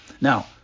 now